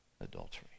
adultery